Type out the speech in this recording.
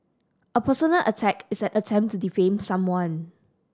a personal attack is an attempt to defame someone